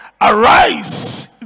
arise